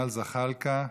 ג'מאל זחאלקה,